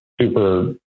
super